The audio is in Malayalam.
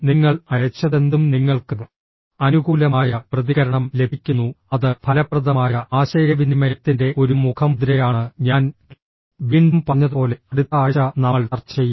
നിങ്ങൾ അയച്ചതെന്തും നിങ്ങൾക്ക് അനുകൂലമായ പ്രതികരണം ലഭിക്കുന്നു അത് ഫലപ്രദമായ ആശയവിനിമയത്തിന്റെ ഒരു മുഖമുദ്രയാണ് ഞാൻ വീണ്ടും പറഞ്ഞതുപോലെ അടുത്ത ആഴ്ച നമ്മൾ ചർച്ച ചെയ്യും